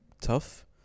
tough